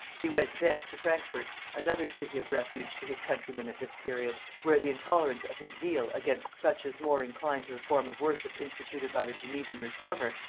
he went thence to frankfort, another city of refuge to his countrymen at this period where the intolerance of his zeal against such as more inclined to the form of worship instituted by the genevan reformer,